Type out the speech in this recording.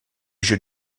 jeux